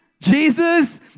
Jesus